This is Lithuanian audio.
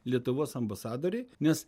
lietuvos ambasadoriai nes